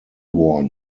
war